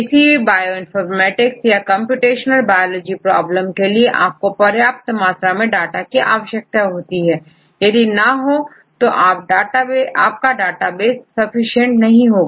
किसी भी बायोइनफॉर्मेटिक्स या कंप्यूटेशनल बायोलॉजी प्रॉब्लम के लिए आपको पर्याप्त मात्रा में डाटा की आवश्यकता होती है यदि यह ना हो तो आपका डाटा बेस सफिशिएंट नहीं होगा